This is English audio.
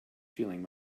feeling